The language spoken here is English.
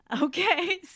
Okay